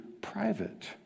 private